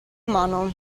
mano